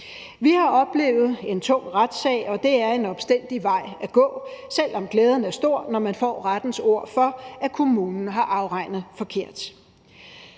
Vi har oplevet en tung retssag, og det er en omstændig vej at gå, selv om glæden er stor, når man får rettens ord for, at kommunen har afregnet forkert.